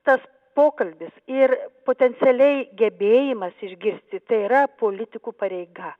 tas pokalbis ir potencialiai gebėjimas išgirsti tai yra politikų pareiga